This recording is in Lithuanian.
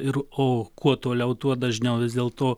ir o kuo toliau tuo dažniau vis dėlto